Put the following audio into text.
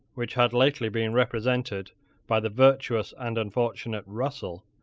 which had lately been represented by the virtuous and unfortunate russell,